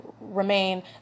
remain